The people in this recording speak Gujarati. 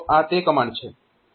તે શું કરે છે